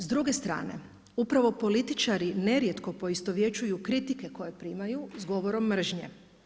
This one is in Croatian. S druge strane, upravo političari nerijetko poistovjećuju kritike koje primaju s govorom mržnje.